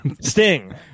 Sting